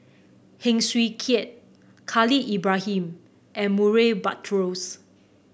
Heng Swee Keat Khalil Ibrahim and Murray Buttrose